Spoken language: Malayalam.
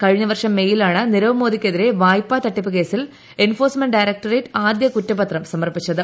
കഴിഞ്ഞ വർഷം മേയിലാണ് നീരവ് മോദിക്കെതിരെ വായ്പാ തട്ടിപ്പു കേസിൽ എൻഫോഴ്സ്മെന്റ് ഡയറക്ടറേറ്റ് ആദ്യ കുറ്റപത്രം സമർപ്പിച്ചത്